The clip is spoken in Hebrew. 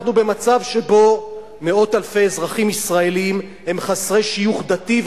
אנחנו במצב שבו מאות אלפי אזרחים ישראלים הם חסרי שיוך דתי,